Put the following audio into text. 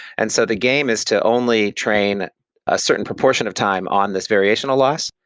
and so the game is to only train a certain proportion of time on this variational loss.